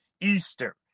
Easter